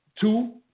two